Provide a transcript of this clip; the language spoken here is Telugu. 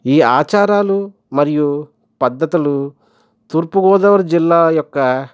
ఈ ఆచారాలు మరియు పద్ధతులు తూర్పుగోదావరి జిల్లా యొక్క